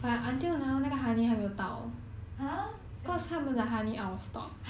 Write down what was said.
!huh! then you must try yourself